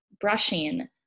brushing